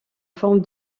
forme